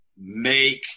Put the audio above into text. make